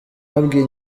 yabwiye